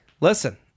Listen